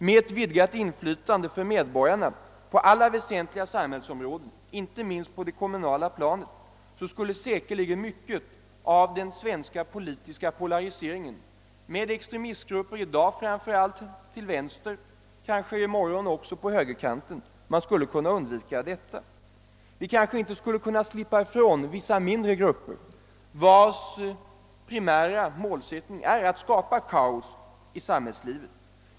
Med ett vidgat inflytande för medborgarna på alla väsentliga samhällsområden — inte minst på det kommunala planet — skulle säkerligen mycket av den svenska politiska polariseringen med extremistgrupper, i dag framför allt till vänster, i morgon kanske också på högerkanten, kunna undvikas. Vi kanske inte skulle kunna slippa ifrån vissa mindre grupper, vilkas primära målsättning är att skapa kaos i samhällslivet.